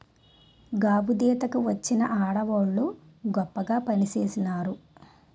గాబుదీత కి వచ్చిన ఆడవోళ్ళు గొప్పగా పనిచేసినారు